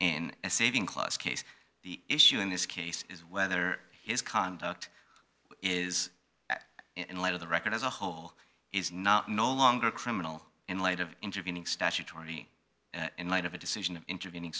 a saving close case the issue in this case is whether his conduct is in light of the record as a whole is now no longer criminal in light of intervening statutory in light of a decision of intervening